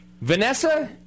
Vanessa